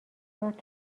مرد